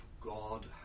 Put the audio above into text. God